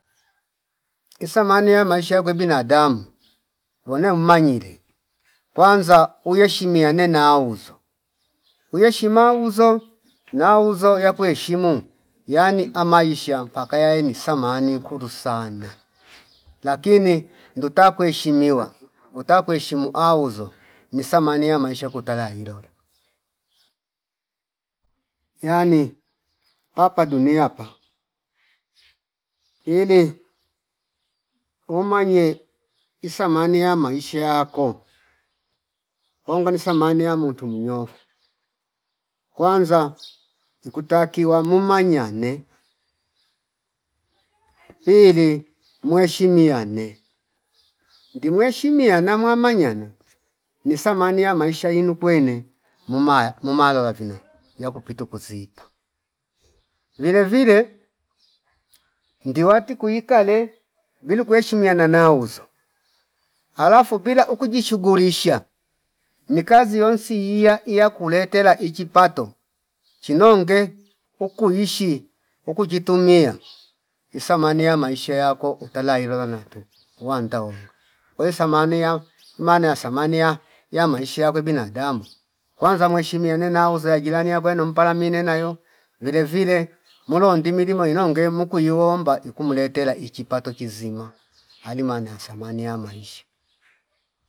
Isamani ya maisha yakwe binadamu gwene umma nyile kwanza uyo shimia nena na uzo uyo shi mauzo nauzo yapo heshimu yani ama isha paka yae ni samani kulu sana lakini nduta kuheshimiwa kuta kuheshimu auzo nisamani ya maisha kutara ilo. Yani paapa dunia pa ili umwanye isamani ya maisha yako waunga ni samane ya muntu minyofo kwanza ikutakiwa mumanyane pili mweshimiane, ndimwe shimia nama muamwa nyana ni samani ya maisha yinu kwene mumaya mumalola vino yakupitu kuzipa vile vile ngiwa tiku ikale vilu kuheshimiana na uzo alafu bila ukujishughulisha nikazi yonsi iya- iyakule tela ichipato chinonge uku ishi uku jitumia isamani ya maisha yako utaila irora nantu uwanda wonga kwa hio samani ya imano ya samani ya- ya maisha yakwe binadamu kwaza muheshimiane na uze jilani yakwe nompala mi nenayo vile vile mulo ndimili moinonge muku yuomba ikumletela ichipato kizima ali maana samani ya maisha